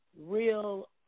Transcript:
real